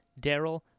Daryl